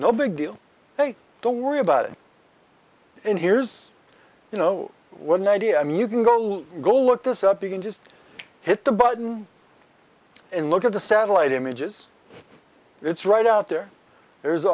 no big deal they don't worry about it inheres you know one idea i mean you can go go look this up you can just hit the button and look at the satellite images it's right out there there